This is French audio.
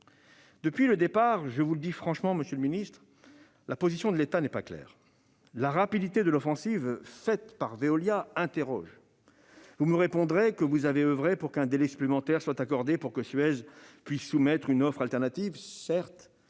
Depuis le départ, je vous le dis franchement, monsieur le ministre, la position de l'État n'est pas claire. La rapidité de l'offensive menée par Veolia interroge. Vous me répondrez que vous avez oeuvré pour qu'un délai supplémentaire soit accordé afin que Suez puisse soumettre une offre alternative. Certes.